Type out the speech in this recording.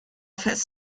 fest